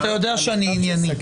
אתה יודע שאני ענייני.